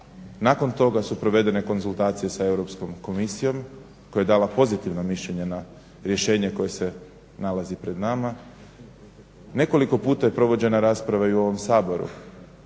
nakon toga su provedene konzultacije sa Europskom komisijom koja je dala pozitivno mišljenje na rješenje koje se nalazi pred nama. Nekoliko puta je provođena rasprava i u ovom Saboru.